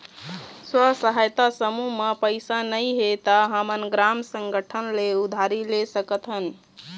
स्व सहायता समूह म पइसा नइ हे त हमन ग्राम संगठन ले उधारी ले सकत हन